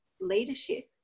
leadership